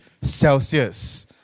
Celsius